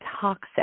toxic